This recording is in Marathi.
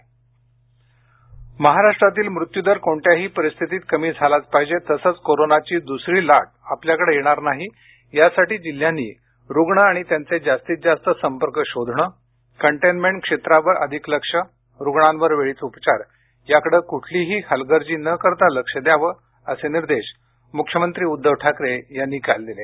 कोविड राज्य महाराष्ट्रातील मृत्यू दर कोणत्याही परिस्थितीत कमी झालाच पाहिजे तसेच कोरोनाची द्सरी लाट आपल्याकडे येणार नाही यासाठी जिल्ह्यांनी रुग्ण आणि त्यांचे जास्तीत जास्त संपर्क शोधणे कंटेन्मेंट क्षेत्रांवर अधिक लक्ष रुग्णांना वेळीच उपचार याकडे कुठलीही हलगर्जी न करता लक्ष द्यावे असे निर्देश मुख्यमंत्री उद्दव ठाकरे यांनी काल दिले